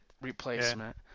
replacement